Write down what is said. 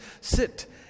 sit